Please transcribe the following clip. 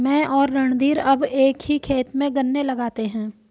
मैं और रणधीर अब एक ही खेत में गन्ने लगाते हैं